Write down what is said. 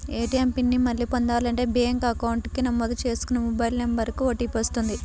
ATM PIN ని మళ్ళీ పొందాలంటే బ్యేంకు అకౌంట్ కి నమోదు చేసుకున్న మొబైల్ నెంబర్ కు ఓటీపీ వస్తది